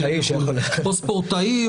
או ספורטאי.